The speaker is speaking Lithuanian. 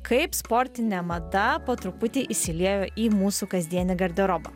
kaip sportinė mada po truputį įsiliejo į mūsų kasdienį garderobą